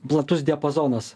platus diapazonas